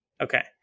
Okay